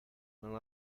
non